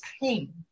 pain